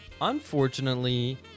Unfortunately